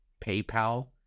paypal